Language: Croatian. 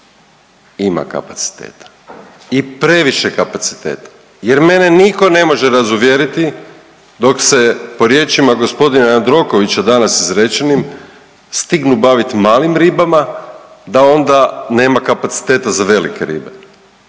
ima kapaciteta i previše kapaciteta jer mene niko ne može razuvjeriti dok se po riječima g. Jandrokovića danas izrečenim stignu bavit malim ribama, da onda nema kapaciteta za velike ribe.